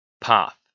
path